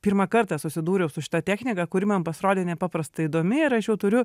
pirmą kartą susidūriau su šita technika kuri man pasirodė nepaprastai įdomi ir aš jau turiu